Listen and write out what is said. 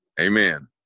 Amen